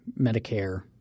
Medicare